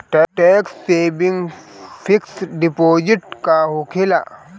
Tax saving fix deposit का होखे ला?